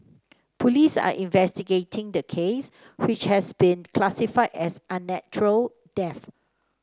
police are investigating the case which has been classified as an unnatural death